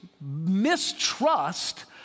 mistrust